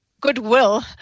goodwill